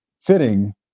fitting